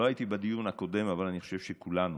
לא הייתי בדיון הקודם, אבל אני חושב שכולנו,